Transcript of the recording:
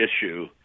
issue